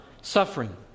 suffering